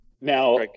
Now